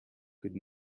could